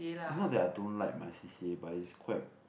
is not that I don't like my C_C_A but it's quite